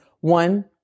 One